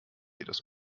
jedes